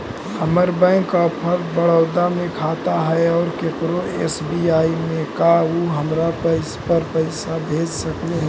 हमर bank of Baroda में खाता है और केकरो एस.बी.आई में है का उ हमरा पर पैसा भेज सकले हे?